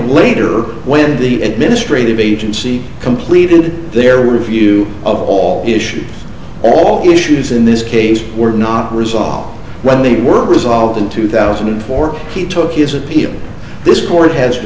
later when the administrative agency completed their review of all issues all issues in this case were not resolved when they were resolved in two thousand and four he took his appeal this court has